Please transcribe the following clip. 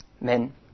Men